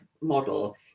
model